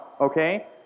okay